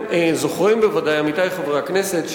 עמיתי חברי הכנסת,